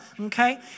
Okay